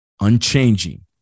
Unchanging